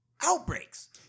outbreaks